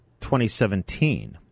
2017